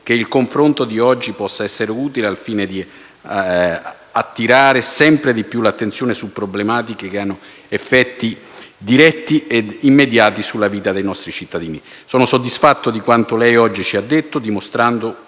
che il confronto di oggi possa essere utile al fine di attirare sempre di più l'attenzione su problematiche che hanno effetti diretti ed immediati sulla vita dei nostri cittadini. Sono soddisfatto di quanto lei oggi ci ha detto, dimostrando